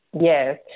Yes